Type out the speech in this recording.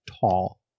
tall